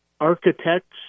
architects